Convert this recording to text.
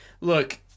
look